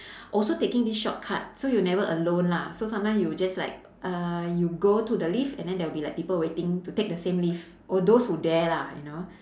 also taking this shortcut so you're never alone lah so sometimes you will just like uh you go to the lift and then there will be like people waiting to take the same lift or those who dare lah you know